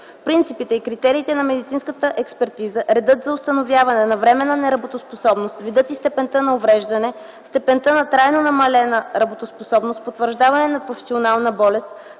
Принципите и критериите на медицинската експертиза, редът за установяване на временна неработоспособност, видът и степента на увреждане, степента на трайно намалена работоспособност, потвърждаване на професионална болест,